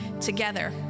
together